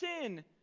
sin